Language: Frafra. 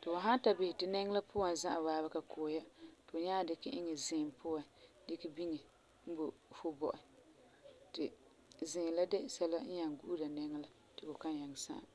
Ti hu han ta bisɛ ti nɛŋɔ la puan zi'an woo ti ka ku'ɛ ya, ti fu nyaa dikɛ iŋɛ ziim puan biŋe n boi fu bɔ'en. Ti ziim la de la sɛla n nyaŋɛ gu'ura fu nɛŋɔ la ti ku kan nyaŋɛ sa'am.